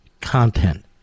content